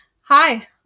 Hi